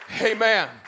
Amen